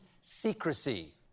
secrecy